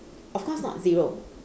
of course not zero